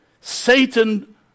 Satan